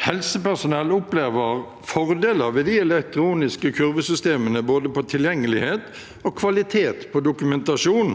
Helsepersonell opplever fordeler ved de elektroniske kurvesystemene når det gjelder både tilgjengelighet og kvalitet på dokumentasjon,